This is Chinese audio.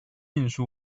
运输